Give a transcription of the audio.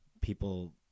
people